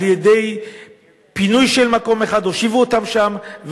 על-ידי פינוי של מקום אחד הושיבו אותם שם,